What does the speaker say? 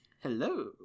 hello